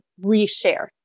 reshare